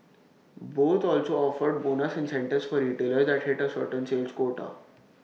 both also offered bonus incentives for retailers that hit A certain sales quota